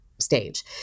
stage